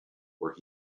where